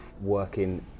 working